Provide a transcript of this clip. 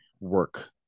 work